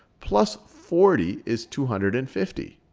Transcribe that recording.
plus forty is two hundred and fifty.